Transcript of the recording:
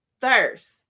Thirst